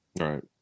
Right